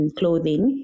clothing